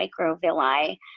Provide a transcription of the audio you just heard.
microvilli